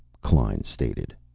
klein stated.